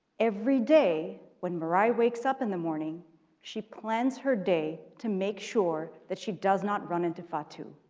every day when mari wakes up and the morning she plans her day to make sure that she does not run into fatu,